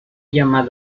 llamada